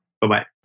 Bye-bye